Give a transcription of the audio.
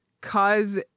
cause